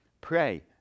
Pray